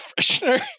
freshener